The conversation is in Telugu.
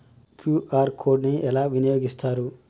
క్యూ.ఆర్ కోడ్ ని ఎలా వినియోగిస్తారు?